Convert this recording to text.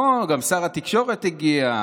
הו, גם שר התקשורת הגיע.